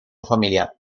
familiar